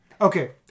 Okay